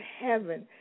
heaven